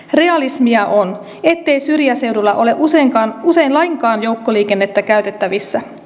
realismia on ettei syrjäseudulla ole usein lainkaan joukkoliikennettä käytettävissä